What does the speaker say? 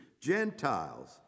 Gentiles